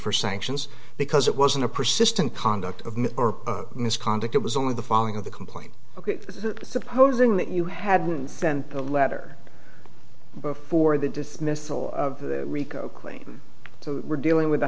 for sanctions because it wasn't a persistent conduct of me or misconduct it was only the following of the complaint ok supposing that you hadn't sent a letter before the dismissal of rico claim to we're dealing with a